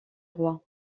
roi